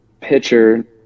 pitcher